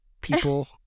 people